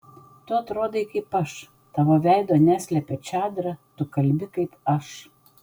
tu atrodai kaip aš tavo veido neslepia čadra tu kalbi kaip aš